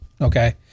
okay